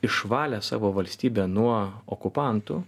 išvalę savo valstybę nuo okupantų